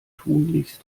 tunlichst